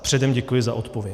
Předem děkuji za odpověď.